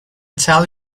tell